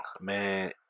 Man